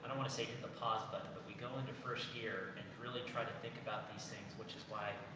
and want to say to pause, but but but we're going to first gear and really try to think about these things, which is why,